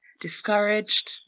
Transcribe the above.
discouraged